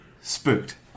Spooked